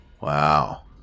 Wow